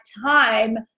time